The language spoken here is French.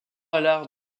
allard